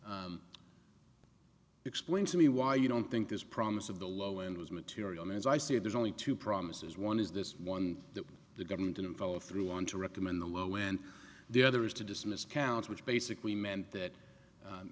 explain to me why you don't think this promise of the low end was material as i see it there's only two promises one is this one that the government didn't follow through on to recommend the low end the other is to dismiss accounts which basically meant that